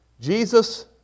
Jesus